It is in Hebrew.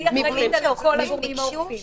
שהיא אחראית על כל הגורמים האוכפים.